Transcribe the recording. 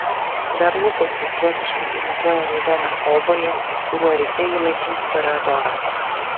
dar lūpos virtuoziškai imituoja raudoną obuolį kuriuo ryte ji maitins toreadorą